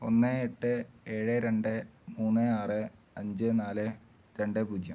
ഒന്ന് എട്ട് ഏഴ് രണ്ട് മൂന്ന് ആറ് അഞ്ച് നാല് രണ്ട് പൂജ്യം